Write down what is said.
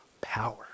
power